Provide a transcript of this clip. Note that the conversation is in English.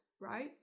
right